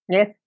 Yes